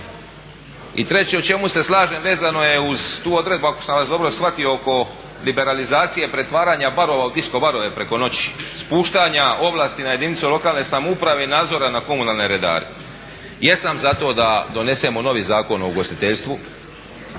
I treće u čemu se slažem vezano je uz tu odredbu ako sam vas dobro shvatio oko liberalizacije pretvaranja barova u disco barove preko noći, spuštanja ovlasti na jedinicu lokalne samouprave i nadzora na komunalne redare. Jesam za to da donesemo novi Zakon o ugostiteljstvu,